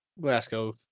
Glasgow